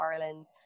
Ireland